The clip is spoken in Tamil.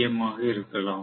எம் ஆக இருக்கலாம்